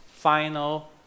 final